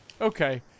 Okay